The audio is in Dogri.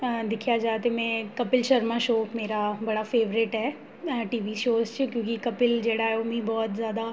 दिक्खेआ जा ते में कपिल शर्मा शोऽ मेरा बड़ा फेवरेट ऐ टीवी शोऽ च क्योंकि कपिल जेह्ड़ा ऐ ओ मिगी बहुत जैदा